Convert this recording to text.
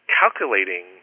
calculating